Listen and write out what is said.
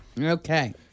Okay